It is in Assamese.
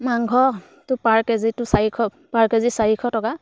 মাংসটো পাৰ কেজিটো চাৰিশ পাৰ কেজি চাৰিশ টকা